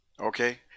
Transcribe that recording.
Okay